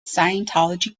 scientology